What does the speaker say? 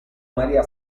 maria